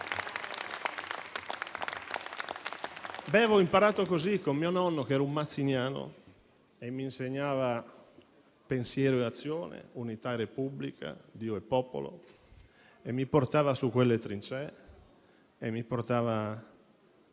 L'ho imparato così con mio nonno, che era un mazziniano e mi insegnava pensiero e azione, unità e Repubblica, Dio e popolo, e mi portava su quelle trincee, sul San